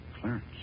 Clarence